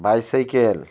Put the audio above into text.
bicycle